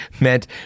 meant